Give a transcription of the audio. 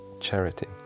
charity